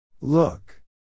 Look